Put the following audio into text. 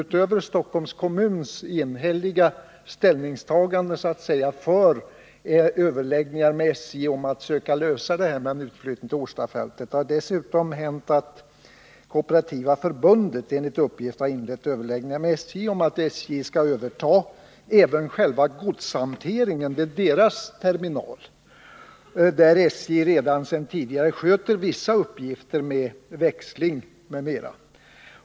Utöver Stockholms kommuns enhälliga ställningstagande för överläggningar med SJ om flyttning till Årstafältet har Kooperativa förbundet enligt uppgift inlett överläggningar med SJ om att SJ skall överta även själva godshanteringen vid KF:s terminal, där SJ redan tidigare sköter vissa uppgifter med växling m.m.